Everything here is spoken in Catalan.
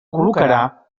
col·locarà